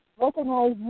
recognize